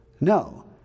no